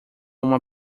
uma